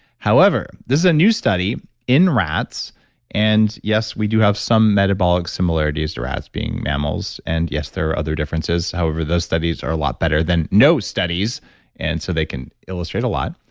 however this is a new study in rats and yes yes we do have some metabolic similarities to rats being mammals and yes there are other differences. however, those studies are a lot better than no studies and so they can illustrate a lot,